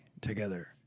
together